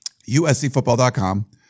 uscfootball.com